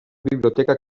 biblioteca